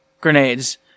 grenades